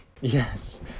Yes